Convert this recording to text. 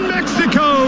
Mexico